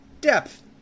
depth